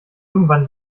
irgendwann